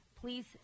Please